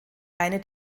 eine